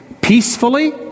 peacefully